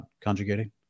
conjugating